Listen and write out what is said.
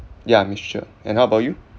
ya mixture and how about you